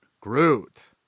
Groot